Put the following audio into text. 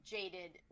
jaded